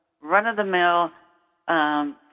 run-of-the-mill